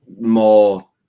more